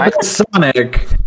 Sonic